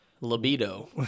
libido